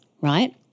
right